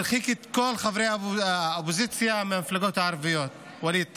כל חברי האופוזיציה מהמפלגות הערביות: ווליד טאהא,